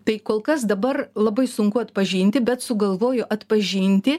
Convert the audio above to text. tai kol kas dabar labai sunku atpažinti bet sugalvoju atpažinti